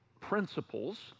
principles